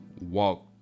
walk